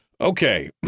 Okay